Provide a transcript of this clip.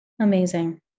amazing